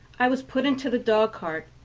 i was put into the dog-cart,